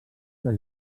que